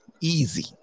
Easy